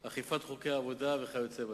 אכיפת חוקי עבודה וכיוצא בזה.